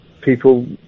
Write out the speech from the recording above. people